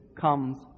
comes